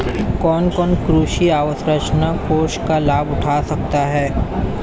कौन कौन कृषि अवसरंचना कोष का लाभ उठा सकता है?